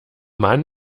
mann